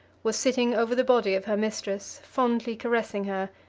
was sitting over the body of her mistress, fondly caressing her,